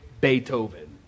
Beethoven